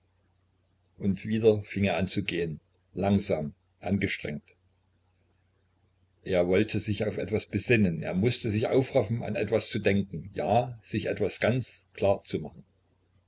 und wieder fing er an zu gehen langsam angestrengt er wollte sich auf etwas besinnen er mußte sich aufraffen an etwas zu denken ja sich etwas ganz klar zu machen